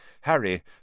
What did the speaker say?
Harry